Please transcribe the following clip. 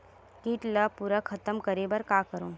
कीट ला पूरा खतम करे बर का करवं?